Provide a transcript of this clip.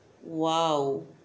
!wow!